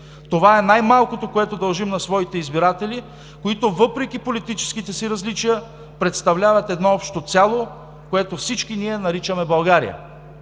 Това е най-малкото, което дължим на своите избиратели, които въпреки политическите си различия, представляват едно общо цяло, което всички ние наричаме България.